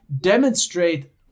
demonstrate